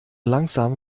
langsam